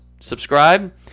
Subscribe